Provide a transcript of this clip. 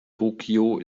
tokio